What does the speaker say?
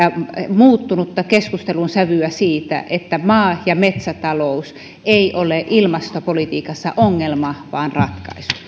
muuttuneesta keskustelun sävystä että maa ja metsätalous ei ole ilmastopolitiikassa ongelma vaan ratkaisu